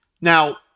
Now